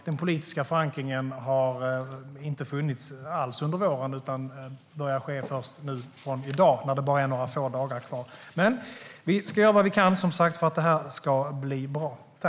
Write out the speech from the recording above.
Den politiska förankringen har inte funnits alls under våren, utan börjar först i dag, när det bara är några få dagar kvar. Men vi ska som sagt göra vad vi kan för att det här ska bli bra.